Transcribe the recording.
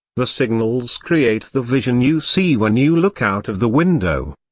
the signals create the vision you see when you look out of the window.